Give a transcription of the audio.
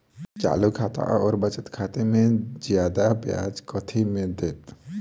चालू खाता आओर बचत खातामे जियादा ब्याज कथी मे दैत?